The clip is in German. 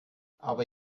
aber